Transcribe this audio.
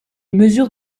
mesure